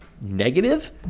negative